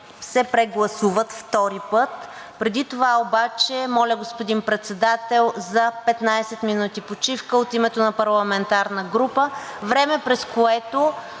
се прегласуват втори път. Преди това обаче, моля, господин Председател, за 15 минути почивка от името на парламентарна група – време, през което